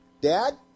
dad